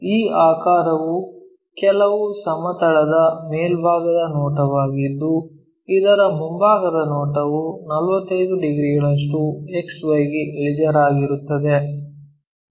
ಈ ಆಕಾರವು ಕೆಲವು ಸಮತಲದ ಮೇಲ್ಭಾಗದ ನೋಟವಾಗಿದ್ದು ಇದರ ಮುಂಭಾಗದ ನೋಟವು 45 ಡಿಗ್ರಿಗಳಷ್ಟು XY ಗೆ ಇಳಿಜಾರಾಗಿರುತ್ತದೆ